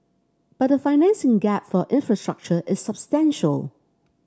but the financing gap for infrastructure is substantial